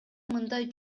мындай